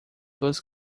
dois